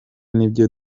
nibyo